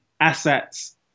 assets